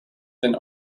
than